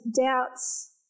doubts